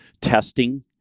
testing